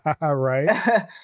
Right